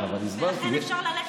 ולכן אפשר ללכת אחריהם.